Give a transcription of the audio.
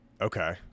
Okay